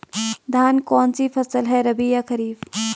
धान कौन सी फसल है रबी या खरीफ?